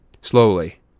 Slowly